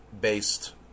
based